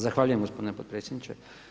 Zahvaljujem gospodine potpredsjedniče.